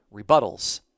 rebuttals